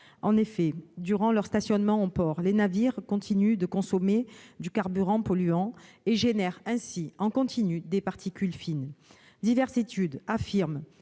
En effet, durant leur stationnement en port, les navires continuent de consommer du carburant polluant et produisent ainsi en continu des particules fines. Diverses études affirment